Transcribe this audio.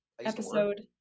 Episode